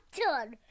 done